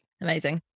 Amazing